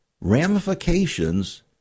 ramifications